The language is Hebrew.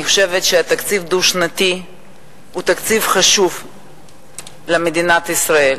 אני חושבת שתקציב דו-שנתי הוא תקציב חשוב למדינת ישראל.